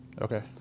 Okay